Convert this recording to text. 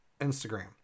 Instagram